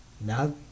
now